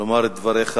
לומר את דברך.